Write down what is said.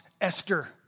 Esther